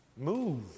move